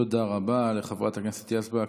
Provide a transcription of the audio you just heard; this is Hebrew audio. תודה רבה לחברת הכנסת יזבק.